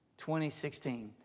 2016